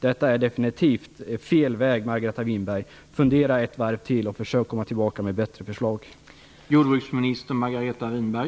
Detta är definitivt fel väg, Margareta Winberg. Fundera ett varv till och försök komma tillbaka med ett bättre förslag!